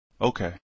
Okay